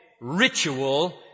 ritual